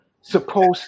supposed